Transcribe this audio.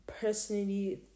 personally